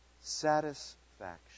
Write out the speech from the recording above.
Satisfaction